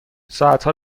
ساعتها